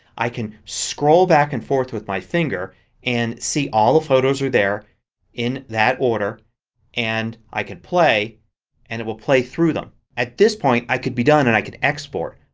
i can scroll back and forth with my finger and see all the photos are there in that order and i can play and it will play through them. at this point i can be done and i can export.